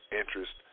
interest